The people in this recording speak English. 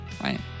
Right